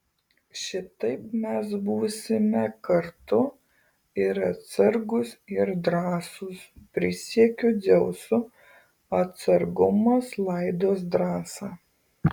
šitaip mes būsime kartu ir atsargūs ir drąsūs prisiekiu dzeusu atsargumas laiduos drąsą